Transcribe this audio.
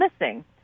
missing